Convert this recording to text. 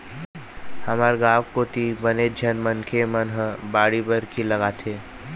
हमर गाँव कोती बनेच झन मनखे मन ह बाड़ी बखरी लगाथे